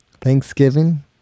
Thanksgiving